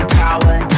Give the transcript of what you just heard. power